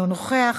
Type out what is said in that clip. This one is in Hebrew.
אינו נוכח,